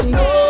no